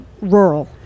rural